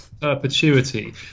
perpetuity